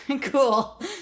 Cool